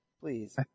Please